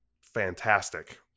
fantastic